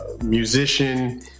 musician